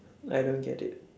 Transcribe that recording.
I don't get it